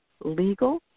legal